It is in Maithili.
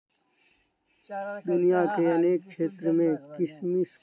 दुनिया के अनेक क्षेत्र मे किशमिश के उत्पादन होइ छै